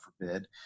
forbid